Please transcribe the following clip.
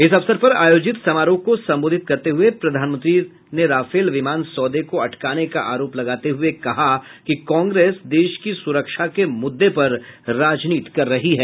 इस अवसर पर आयोजित समारोह को संबोधित करते हुए प्रधानमंत्री ने राफेल विमान सौदे को अटकाने का आरोप लगाते हुए कहा कि कांग्रेस देश की सुरक्षा के मुद्दे पर राजनीति कर रही है